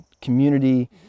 community